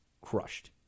crushed